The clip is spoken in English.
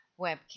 webcam